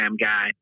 guy